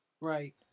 right